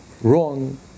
wrong